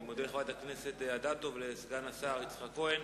אני מודה לחברת הכנסת אדטו ולסגן השר יצחק כהן.